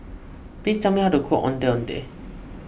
please tell me how to cook Ondeh Ondeh